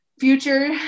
future